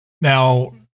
Now